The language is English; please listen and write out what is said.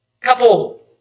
couple